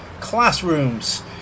classrooms